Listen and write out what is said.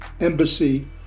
embassy